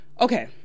okay